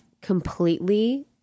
completely